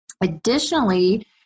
Additionally